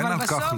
אין על כחלון.